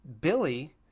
Billy